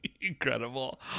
Incredible